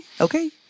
Okay